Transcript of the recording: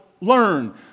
learn